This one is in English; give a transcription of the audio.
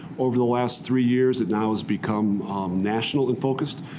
over the last three years, it now has become nationally and focused.